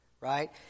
right